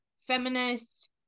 feminist